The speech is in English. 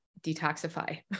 detoxify